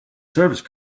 service